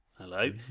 Hello